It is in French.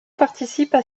participent